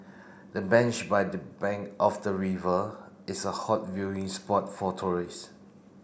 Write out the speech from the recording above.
the bench by the bank of the river is a hot viewing spot for tourist